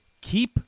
keep